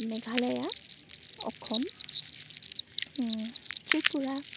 Meghalaya Assam Tripura